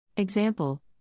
Example